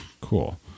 cool